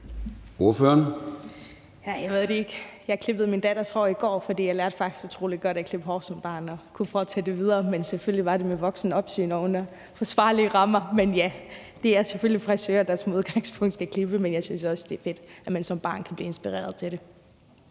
Jeg klippede min datters hår i går, for jeg lærte faktisk utrolig meget om at klippe hår som barn og kunne fortsætte derfra, men selvfølgelig var det under opsyn af en voksen og under forsvarlige rammer. Ja, det er selvfølgelig frisører, der som udgangspunkt skal klippe en, men jeg synes også, det er fedt, at man som barn kan blive inspireret til det.